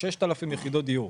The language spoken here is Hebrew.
עוד 6,000 יחידות דיור.